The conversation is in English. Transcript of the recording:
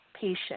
patient